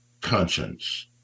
conscience